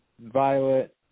Violet